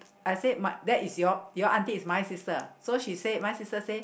I said my that is your your aunty is my sister so she say my sister say